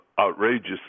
outrageously